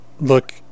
look